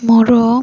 ମୋର